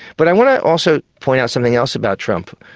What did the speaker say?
but i want to also point out something else about trump,